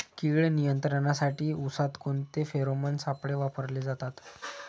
कीड नियंत्रणासाठी उसात कोणते फेरोमोन सापळे वापरले जातात?